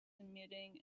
emitting